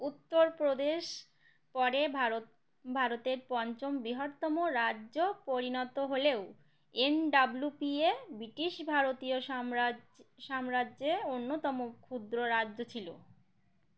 উত্তরপ্রদেশ পরে ভারত ভারতের পঞ্চম বৃহর্তম রাজ্য পরিণত হলেও এনডাব্লুপিএ ব্রিটিশ ভারতীয় সাম্রাজ্য সাম্রাজ্যে অন্যতম ক্ষুদ্র রাজ্য ছিল